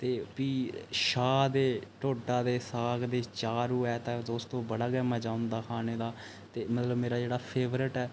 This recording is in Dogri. ते प्ही छाह् ते ढोडा ते साग ते चार होऐ ते दोस्तो बड़ा गै मजा होंदा खाने दा ते मतलब मेरा जेह्ड़ा फेवरेट ऐ